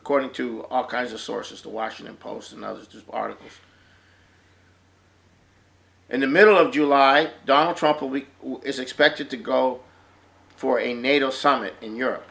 according to all kinds of sources the washington post and others to articles in the middle of july donald trump a week is expected to go for a nato summit in europe